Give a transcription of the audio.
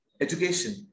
education